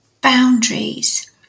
Boundaries